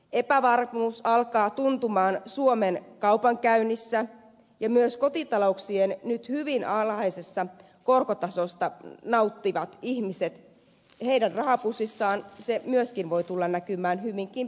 epävarmuus alkaa tuntua suomen kaupankäynnissä ja myöskin kotitalouksien nyt hyvin alhaisesta korkotasosta nauttivien ihmisten rahapussissa se voi tulla näkymään hyvinkin pian